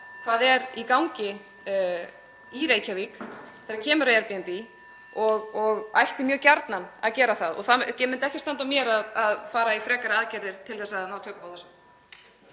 hvað er í gangi í Reykjavík þegar kemur að Airbnb (Forseti hringir.) og ætti mjög gjarnan að gera það og það mun ekki standa á mér að fara í frekari aðgerðir til að ná tökum á þessu.